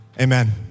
Amen